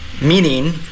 meaning